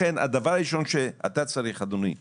לכן, הדבר הראשון שאתה צריך אדוני יו"ר,